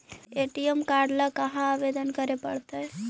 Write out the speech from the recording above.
ATM card ल कहा आवेदन करे पड़तै?